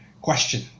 question